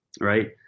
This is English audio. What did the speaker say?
right